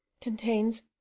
contains